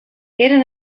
eren